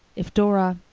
if dora.